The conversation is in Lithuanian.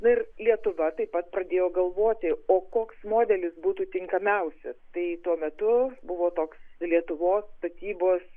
nu ir lietuva taip pat pradėjo galvoti o koks modelis būtų tinkamiausias tai tuo metu buvo toks lietuvos statybos